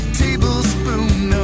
tablespoon